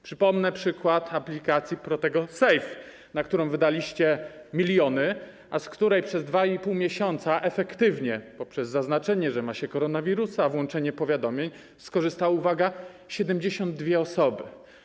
Przypomnę przykład aplikacji ProteGO Safe, na którą wydaliście miliony, a z której przez 2,5 miesiąca efektywnie, poprzez zaznaczenie, że ma się koronawirusa, włączenie powiadomień, skorzystały, uwaga, 72 osoby.